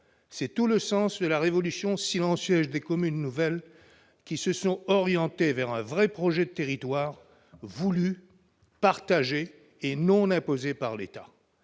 C'est tout le sens de la « révolution silencieuse » des communes nouvelles, qui se sont orientées vers un vrai projet de territoire, voulu, partagé et non imposé par l'État